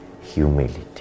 humility